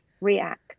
react